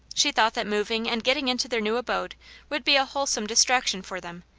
she thought that moving and getting into their new abode would be a wholesome distrac tion for them,